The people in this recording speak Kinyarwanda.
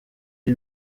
ari